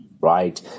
Right